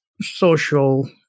social